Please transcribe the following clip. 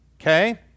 Okay